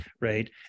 right